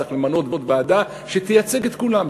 צריך למנות ועדה שתייצג את כולם.